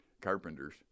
carpenters